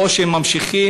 או שהם ממשיכים,